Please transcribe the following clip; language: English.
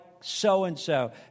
so-and-so